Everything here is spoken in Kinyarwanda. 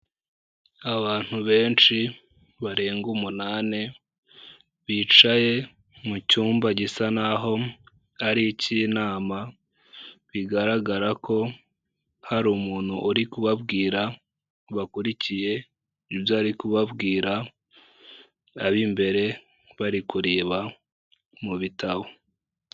Abantu benshi barenga umunani, bicaye mu cyumba gisa na ho ari icy'inama, bigaragara ko hari umuntu uri kubabwira, bakurikiye ibyo ari kubabwira, ab'imbere bari kureba mu bitabo.